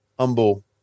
humble